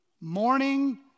morning